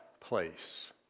place